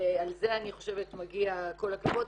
ועל זה אני חושבת שמגיע כל הכבוד,